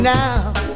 now